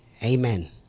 Amen